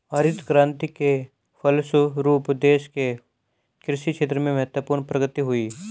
हरित क्रान्ति के फलस्व रूप देश के कृषि क्षेत्र में महत्वपूर्ण प्रगति हुई